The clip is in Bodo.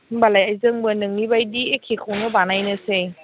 होम्बालाय जोंबो नोंनि बायदि एखेखौनो बानायनोसै